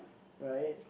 right